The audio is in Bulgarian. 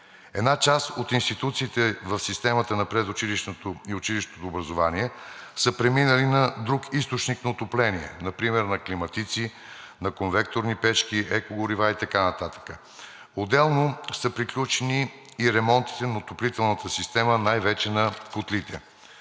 Една част от институциите в системата на предучилищното и училищното образование са преминали на друг източник на отопление, например на климатици, на конвекторни печки, екогорива и така нататък, отделно са приключени и ремонтите на отоплителната система, най-вече на котлите.